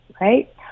right